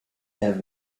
have